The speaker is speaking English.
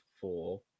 four